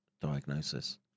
diagnosis